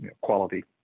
quality